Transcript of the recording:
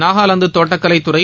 நாகாலாந்து தோட்டக்கலைத் துறை